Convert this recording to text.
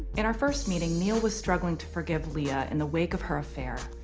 in our first meeting, neal was struggling to forgive leah in the wake of her affair,